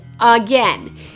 again